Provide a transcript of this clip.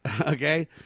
okay